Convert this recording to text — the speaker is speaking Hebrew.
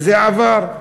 וזה עבר.